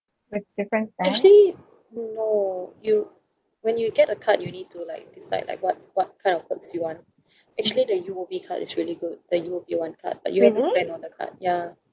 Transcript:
actually no you when you get a card you need to like decide like what what kind of perks you want actually the U_O_B card is really good the U_O_B one card but you have to spend on the card ya